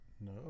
No